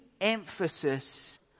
emphasis